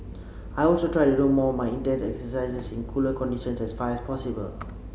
I also try to do more my intense exercises in cooler conditions as far as possible